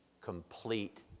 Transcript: complete